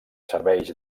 serveix